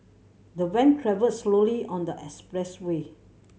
the van travelled slowly on the expressway